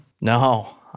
No